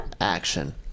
Action